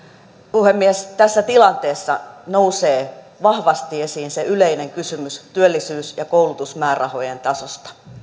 puhemies tässä tilanteessa nousee vahvasti esiin se yleinen kysymys työllisyys ja koulutusmäärärahojen tasosta